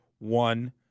One